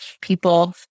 People